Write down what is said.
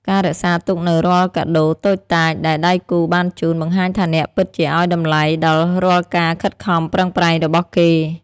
ការរក្សាទុកនូវរាល់កាដូតូចតាចដែលដៃគូបានជូន បង្ហាញថាអ្នកពិតជាឱ្យតម្លៃដល់រាល់ការខិតខំប្រឹងប្រែងរបស់គេ។